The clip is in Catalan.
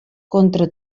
contra